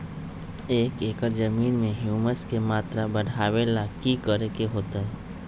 एक एकड़ जमीन में ह्यूमस के मात्रा बढ़ावे ला की करे के होतई?